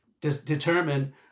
determine